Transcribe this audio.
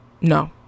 no